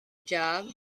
job